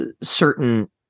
certain